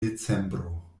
decembro